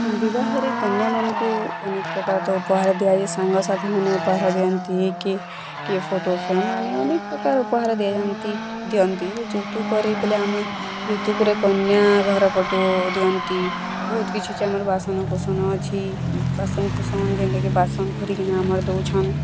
ବିବାହରେ କନ୍ୟାମାନଙ୍କୁ ଅନେକ ପ୍ରକାର ତ ଉପହାର ଦିଆଯାଏ ସାଙ୍ଗ ସାଥିମାନେ ଉପହାର ଦିଅନ୍ତି କି କିଏ ଫଟୋ ଫ୍ରେମ୍ ମାନେ ଅନେକ ପ୍ରକାର ଉପହାର ଦିଆଯାଆନ୍ତି ଦିଅନ୍ତି ଯୌତୁକରେ ବୋଲେ ଆମେ ଯୌତୁକରେ କନ୍ୟା ଘର ପଟୁ ଦିଅନ୍ତି ବହୁତ କିଛି ଅଛି ବାସନ କୁସନ ଅଛି ବାସନ କୁସନ ଯେନ୍ତା କି ବାସନ କରି କିନା ଦଉଛନ୍